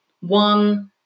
One